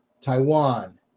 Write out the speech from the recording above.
Taiwan